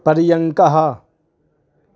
पर्यङ्कः